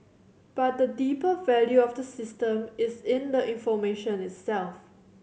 but the deeper value of the system is in the information itself